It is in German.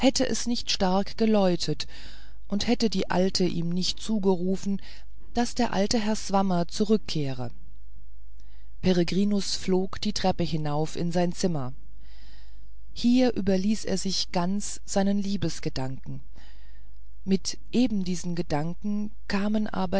es nicht stark geläutet und hätte die alte ihm nicht zugerufen daß der alte herr swammer zurückkehre peregrinus flog die treppe hinauf in sein zimmer hier überließ er sich ganz seinen liebesgedanken mit eben diesen gedanken kamen